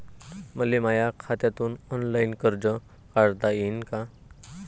मले माया खात्यातून ऑनलाईन कर्ज काढता येईन का?